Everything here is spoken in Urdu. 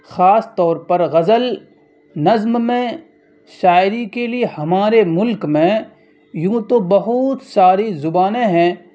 خاص طور پر غزل نظم میں شاعری کے لیے ہمارے ملک میں یوں تو بہت ساری زبانیں ہیں